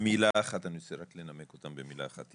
אני רוצה רק לנמק אותן במילה אחת.